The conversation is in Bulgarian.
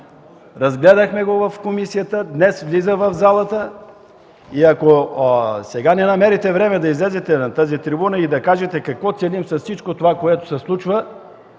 разгледахме го в комисията, днес влиза в залата. Ако сега не намерите време да излезете на тази трибуна и да кажете какво целим с всичко това, което се случва,